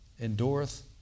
endureth